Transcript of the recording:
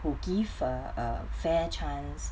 who give a a fair chance